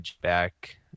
back